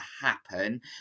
happen